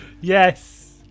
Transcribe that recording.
Yes